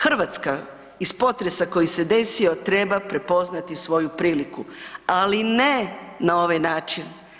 Hrvatska iz potresa koji se desio treba prepoznati svoju priliku ali ne na ovaj način.